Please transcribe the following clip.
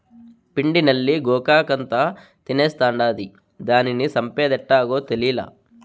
పిండి నల్లి గోగాకంతా తినేస్తాండాది, దానిని సంపేదెట్టాగో తేలీలా